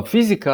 בפיזיקה,